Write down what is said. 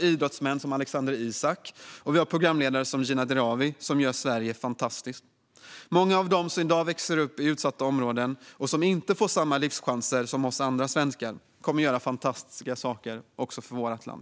idrottsmän som Alexander Isak och programledare som Gina Dirawi som gör Sverige fantastiskt. Många av dem som i dag växer upp i utsatta områden och inte får samma livschanser som vi andra svenskar kommer att göra fantastiska saker också för vårt land.